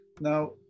Now